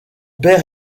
père